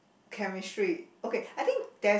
chemistry okay I think there's